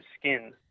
skin